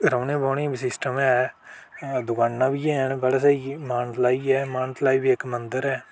रौह्नै बौह्ने ई बी सिस्टम ऐ टुकानां बी है'न बड़ा स्हेई मानतलाई ऐ मानतलाई बी इक्क मंदर ऐ